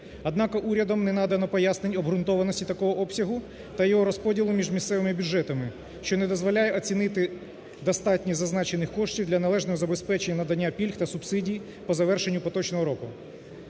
Однак, урядом не надано пояснень обґрунтованості такого обсягу та його розподілу між місцевими бюджетами, що не дозволяє оцінити достатньо зазначених коштів для належного забезпечення надання пільг та субсидій по завершенню поточного року.